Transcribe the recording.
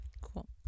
Cool